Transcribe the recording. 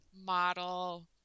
model